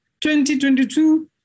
2022